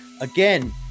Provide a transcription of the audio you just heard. again